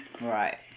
Right